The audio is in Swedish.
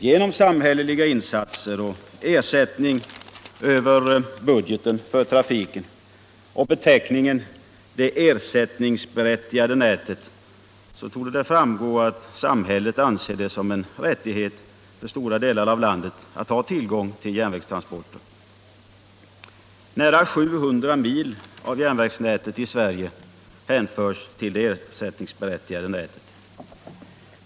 De samhälleliga insatserna och ersättningen över budgeten till trafiken och beteckningen ”det ersättningsberättigade nätet” visar att samhället anser det vara en rättighet för stora delar av landet att ha tillgång till järnvägstransporter. Nära 700 mil av järnvägsnätet i Sverige hänförs till det ersättningsberättigade nätet.